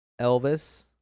Elvis